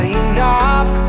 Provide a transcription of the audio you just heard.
enough